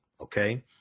Okay